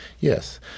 Yes